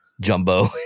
jumbo